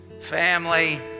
family